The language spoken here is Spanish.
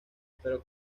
pero